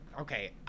okay